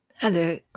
Hello